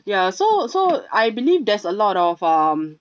ya so so I believe there's a lot of um